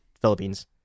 philippines